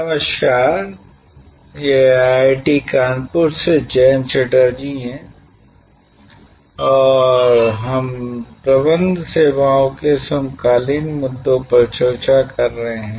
नमस्कार यह IIT कानपुर से जयंत चटर्जी है और हम प्रबंध सेवाओं के समकालीन मुद्दों पर चर्चा कर रहे हैं